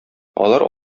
алар